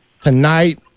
Tonight